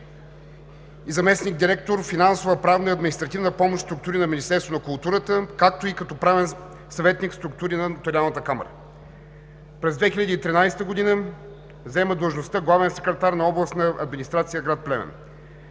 и заместник-директор – „Финансова, правна и административна помощ“ в структури на Министерството на културата, както и като правен съветник в структури на Нотариалната камара. През 2013 г. заема длъжността „Главен секретар“ на Областна администрация – град Плевен.